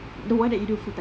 the one that you do full time